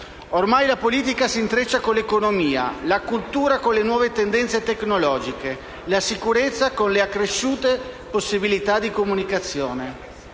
Ormai la politica si intreccia con l'economia, la cultura con le nuove tendenze tecnologiche, la sicurezza con le accresciute possibilità di comunicazione.